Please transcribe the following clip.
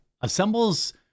assembles